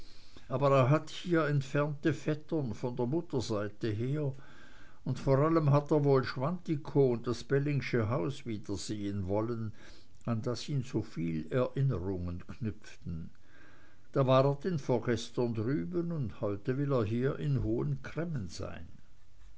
aber er hat hier entfernte vettern von der mutter seite her und vor allem hat er wohl schwantikow und das bellingsche haus wiedersehen wollen an das ihn so viele erinnerungen knüpfen da war er denn vorgestern drüben und heute will er hier in hohen cremmen sein